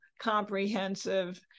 comprehensive